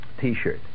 T-shirt